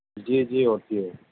جی جی ہوتی ہے